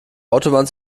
autobahn